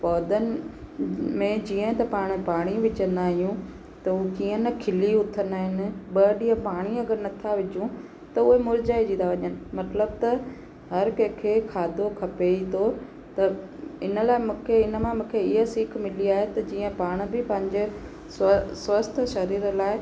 पौधनि में जीअं त पाण पाणी विझंदा आहियूं त उहो कीअं न खिली उथंदा आहिनि ॿ ॾींहं पाणी अगरि नथा विझू त उहा मुरिझाइजी था वञनि मतिलबु त हर कंहिंखे खाधो खपे ई थो त हिन लाइ मूंखे हिन मां मूंखे इअं सिख मिली आहे त जीअं पाण बि पंहिंजो स्व स्वस्थ्य सरीर लाइ